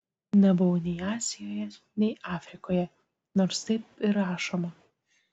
nebuvau nei azijoje nei afrikoje nors taip ir rašoma